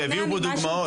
והביאו פה דוגמאות.